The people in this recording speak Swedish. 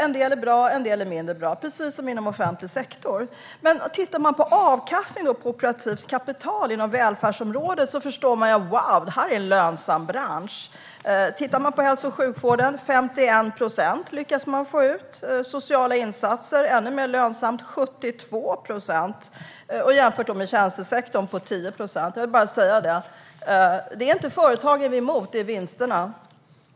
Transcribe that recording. En del är bra, en del är mindre bra, precis som inom offentlig sektor. Tittar man på avkastningen på operativt kapital inom välfärdsområdet förstår man: Wow, det här är en lönsam bransch! Inom hälso och sjukvården lyckas man få ut 51 procent. Sociala insatser är ännu mer lönsamma. Där är det 72 procent. Det kan man jämföra med tjänstesektorn, där det är 10 procent. Det är inte företagen vi är emot, utan vinsterna.